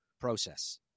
process